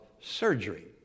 surgery